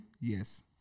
Yes